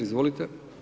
Izvolite.